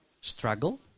Struggle